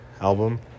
album